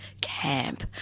camp